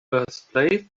birthplace